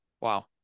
wow